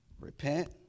Repent